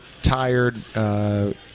tired